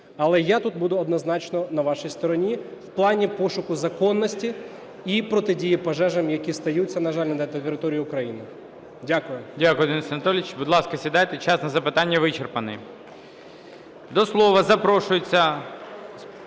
Але я тут буду однозначно на вашій стороні в плані пошуку законності і протидії пожежам, які стаються, на жаль, на території України. Дякую. ГОЛОВУЮЧИЙ. Дякую, Денис Анатолійович. Будь ласка, сідайте. Час на запитання вичерпаний. До слова запрошується